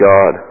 God